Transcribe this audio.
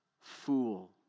fool